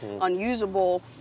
unusable